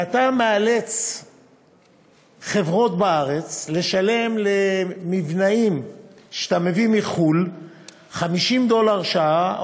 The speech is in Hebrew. ואתה מאלץ חברות בארץ לשלם למבנאים שאתה מביא מחו"ל 50 דולר לשעה,